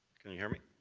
can you hear me?